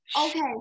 Okay